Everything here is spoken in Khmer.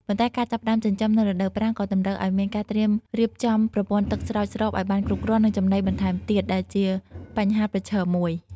ប៉ុន្តែការចាប់ផ្តើមចិញ្ចឹមនៅរដូវប្រាំងក៏តម្រូវឲ្យមានការត្រៀមរៀបចំប្រភពទឹកស្រោចស្រពឲ្យបានគ្រប់គ្រាន់ និងចំណីបន្ថែមទៀត ដែលជាបញ្ហាប្រឈមមួយ។